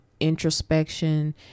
Introspection